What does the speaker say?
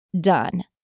done